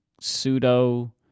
pseudo